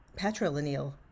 patrilineal